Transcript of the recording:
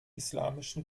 islamischen